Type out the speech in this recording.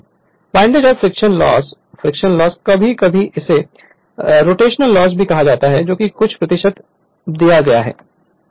Refer Slide Time 3948 windage और friction loss fictional loss कभी कभी हम इसे रोटेशनल लॉस कहते हैं जो इसे कुछ दिया जाएगा